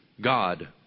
God